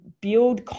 build